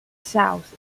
south